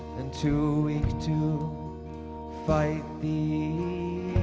and too weak to fight the